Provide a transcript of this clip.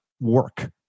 work